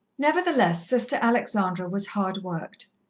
nevertheless, sister alexandra was hard-worked.